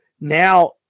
now